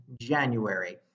January